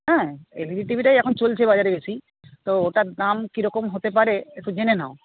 হ্যাঁ L E D T ভিটাই এখন চলছে বাজারে বেশি তো ওটার দাম কীরকম হতে পারে একটু জেনে নাও